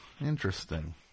interesting